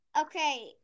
Okay